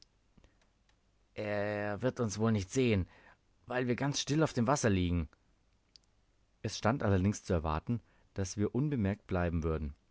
er wird uns wohl nicht sehen weil wir ganz still auf dem wasser liegen es stand allerdings zu erwarten daß wir unbemerkt bleiben würden